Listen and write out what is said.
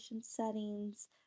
settings